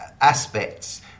aspects